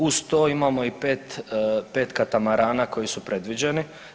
Uz to imamo i 5, 5 katamarana koji su predviđeni.